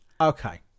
okay